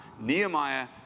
Nehemiah